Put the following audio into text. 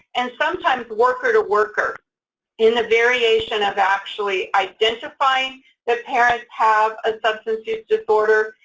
and sometimes worker to worker in the variation of actually identifying that parents have a substance use disorder,